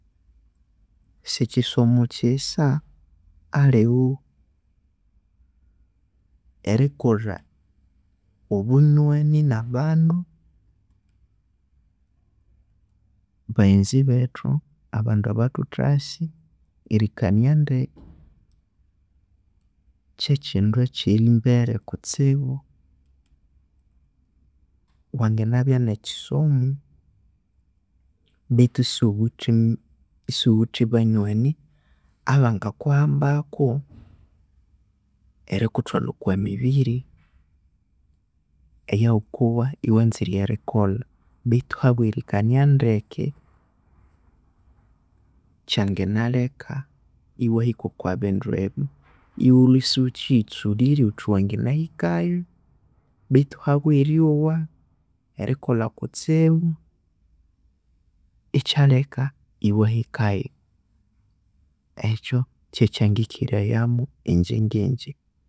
Sikisomo kisa alhiryo erikolha obunywani na baghezi bethu, kyekindu ekyerimbere kustibu wanganabya nekisomo beithu isughuwithe banywani abangakuhambako erikuthwalha okwa mibiri eyaghukowa ewanzire erikolha beithu habwerikania ndeke ekyanginalheka ewahika kea bindu ebya ghulhwe isighukighitsulhirye ghuthi wanganahikayo beithu habwe eryowa, erikolha kutsibu ekyalheka ewahikayo ekyo kye kyangikirirayamu ingye'ngingye.